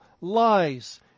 lies